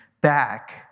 back